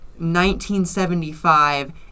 1975